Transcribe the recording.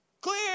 Clear